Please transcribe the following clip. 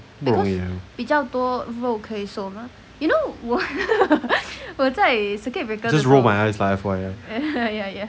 不容易 leh just roll my eyes ah F_Y_I